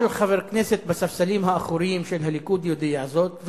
כל חבר כנסת בספסלים האחוריים של הליכוד יודע זאת.